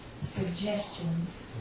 suggestions